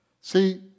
See